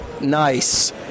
Nice